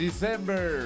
December